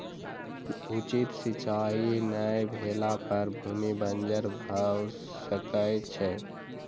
उचित सिचाई नै भेला पर भूमि बंजर भअ सकै छै